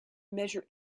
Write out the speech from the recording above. measure